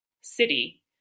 city